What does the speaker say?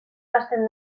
hasten